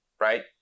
right